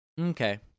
Okay